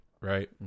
right